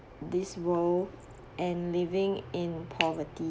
this world and living in poverty